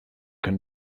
their